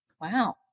Wow